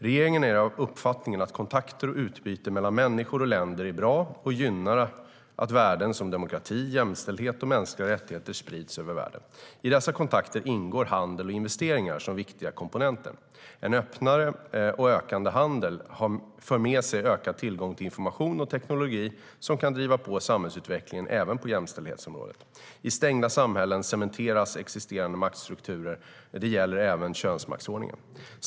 Regeringen är av uppfattningen att kontakter och utbyte mellan människor och länder är bra och gynnar att värden som demokrati, jämställdhet och mänskliga rättigheter sprids över världen. I dessa kontakter ingår handel och investeringar som viktiga komponenter. En öppnare och ökande handel för med sig ökad tillgång till information och teknologi, som kan driva på samhällsutvecklingen även på jämställdhetsområdet. I stängda samhällen cementeras existerande maktstrukturer, och det gäller även könsmaktsordningen.